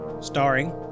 Starring